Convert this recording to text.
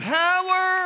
power